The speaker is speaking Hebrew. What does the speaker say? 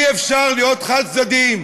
אי-אפשר להיות חד-צדדיים.